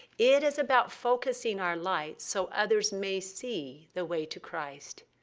it is about focusing our light so others may see the way to christ.